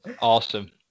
Awesome